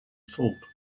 ford